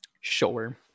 Sure